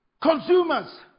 Consumers